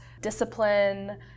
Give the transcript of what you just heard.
discipline